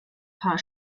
paar